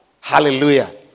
Hallelujah